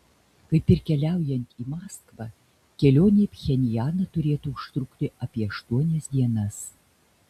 kaip ir keliaujant į maskvą kelionė į pchenjaną turėtų užtrukti apie aštuonias dienas